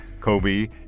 Kobe